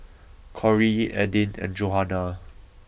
Corry Aydin and Johanna